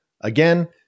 again